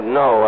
no